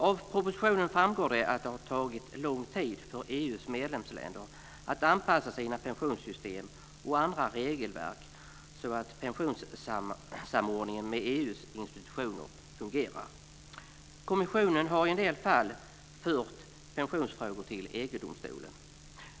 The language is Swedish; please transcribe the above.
Av propositionen framgår att det har tagit lång tid för EU:s medlemsländer att anpassa sina pensionssystem och andra regelverk så att pensionssamordningen med EU:s institutioner fungerar. Kommissionen har i en del fall fört pensionsfrågor till EG domstolen.